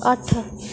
अट्ठ